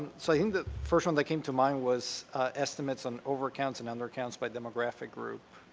so i think the first one that came to mind was estimates on overaccounts and um overaccounts by demographic group.